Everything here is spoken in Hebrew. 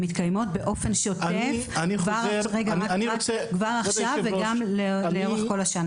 הן מתקיימות באופן שוטף כבר עכשיו וגם לאורך כל השנה.